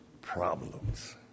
problems